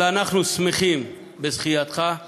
אבל אנחנו שמחים בזכייתך,